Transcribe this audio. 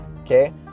okay